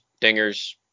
dingers